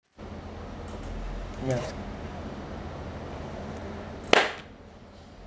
ya